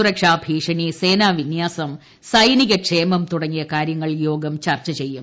സുരക്ഷാ ഭീഷണി സേനാ വിന്യാസം ഉസ്സെനികക്ഷേമം തുടങ്ങിയ കാര്യങ്ങൾ യോഗം ചർച്ച ചെയ്യും